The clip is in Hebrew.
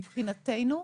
מבחינתנו,